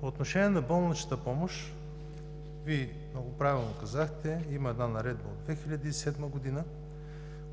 По отношение на болничната помощ. Вие много правилно казахте, че има Наредба от 2007 г.,